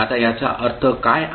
आता याचा अर्थ काय आहे